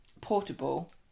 portable